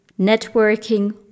networking